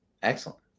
Excellent